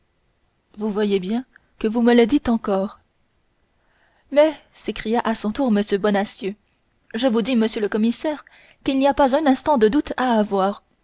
vous voyez bien que vous me le dites encore mais s'écria à son tour m bonacieux je vous dis monsieur le commissaire qu'il n'y a pas un instant de doute à avoir